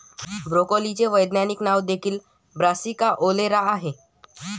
ब्रोकोलीचे वैज्ञानिक नाव देखील ब्रासिका ओलेरा आहे